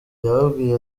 yababwiye